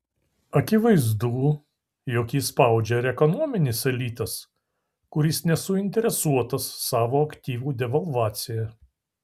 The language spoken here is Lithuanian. akivaizdu jog jį spaudžia ir ekonominis elitas kuris nesuinteresuotas savo aktyvų devalvacija